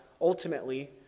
ultimately